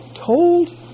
told